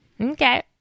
okay